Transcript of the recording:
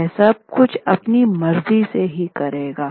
वह सब कुछ अपनी मर्ज़ी से ही करेगा